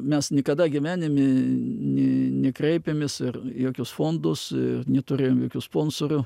mes niekada gyvenime ni nikreipėmis ir jokius fondus neturėjom jokių sponsorių